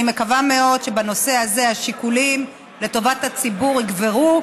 אני מקווה מאוד שבנושא הזה השיקולים לטובת הציבור יגברו